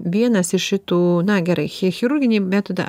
vienas iš šitų na gerai chirurginį metodą